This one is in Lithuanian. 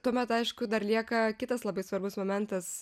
tuomet aišku dar lieka kitas labai svarbus momentas